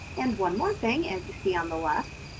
and one more thing as you see on the left,